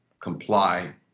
comply